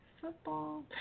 Football